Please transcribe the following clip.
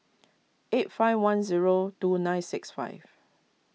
eight five one zero two nine six five